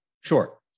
Sure